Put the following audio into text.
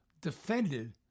defended